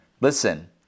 listen